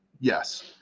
Yes